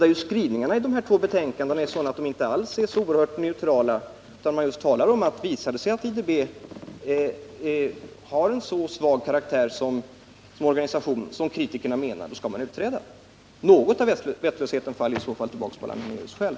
Skrivningarna i dessa två betänkanden är inte alls så neutrala, utan visar det sig att IDB har en så svag karaktär såsom organisation som kritikerna menar, skall man utträda. Något av vettlösheten faller ju tillbaka på Allan Hernelius själv.